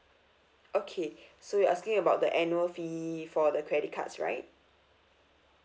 okay so you're asking about the annual fee for the credit cards right